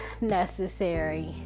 necessary